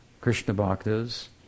Krishna-bhaktas